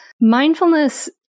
mindfulness